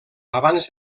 abans